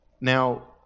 Now